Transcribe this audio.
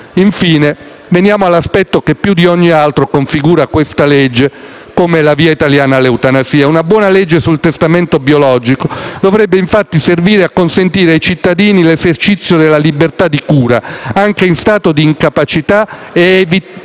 Infine, veniamo all'aspetto che più di ogni altro configura questa legge come la via italiana all'eutanasia. Una buona legge sul testamento biologico dovrebbe infatti servire a consentire ai cittadini l'esercizio della libertà di cura anche in stato di incapacità e a evitare